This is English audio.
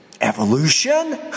Evolution